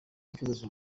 ubucuruzi